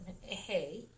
hey